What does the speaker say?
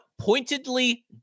pointedly